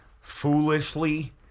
foolishly